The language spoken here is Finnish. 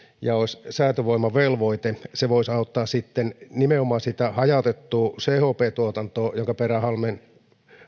ja olisi säätövoimavelvoite se voisi auttaa sitten nimenomaan sitä hajautettua chp tuotantoa jonka perään halmeenpääkin